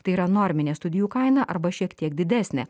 tai yra norminė studijų kaina arba šiek tiek didesnė